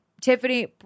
Tiffany –